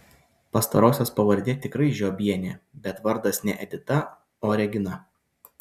pastarosios pavardė tikrai žiobienė bet vardas ne edita o regina